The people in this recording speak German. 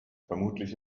vermutlich